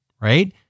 right